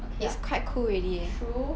okay lah true